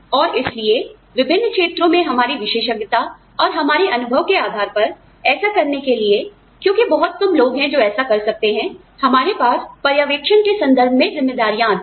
और इसलिए विभिन्न क्षेत्रों में हमारी विशेषज्ञता और हमारे अनुभव के आधार पर ऐसा करने के लिए क्योंकि बहुत कम लोग हैं जो ऐसा कर सकते हैं हमारे पास पर्यवेक्षण के संदर्भ में जिम्मेदारियां आती हैं